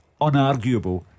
Unarguable